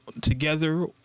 together